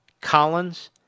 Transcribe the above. Collins